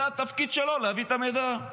זה התפקיד שלו להביא את המידע.